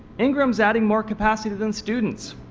ingram is adding more capacity then students.